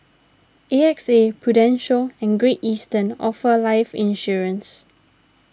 A X A Prudential and Great Eastern offer life insurance